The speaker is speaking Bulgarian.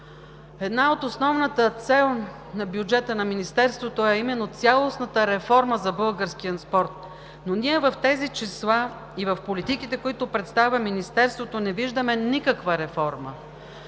една от основните цели на бюджета на Министерството е именно цялостната реформа за българския спорт. В тези числа и в политиките, които представя Министерството, не виждаме никаква реформа,